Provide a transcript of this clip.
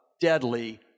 deadly